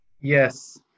yes